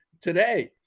today